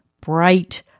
bright